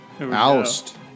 Oust